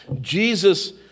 Jesus